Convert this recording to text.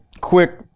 quick